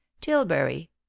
tilbury